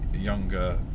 younger